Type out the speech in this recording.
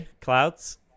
clouds